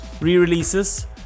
re-releases